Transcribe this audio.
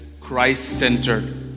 Christ-centered